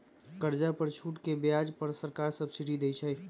कर्जा पर छूट के ब्याज पर सरकार सब्सिडी देँइ छइ